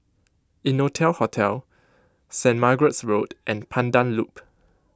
Innotel Hotel Saint Margaret's Road and Pandan Loop